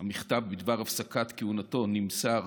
המכתב בדבר הפסקת כהונתו נמסר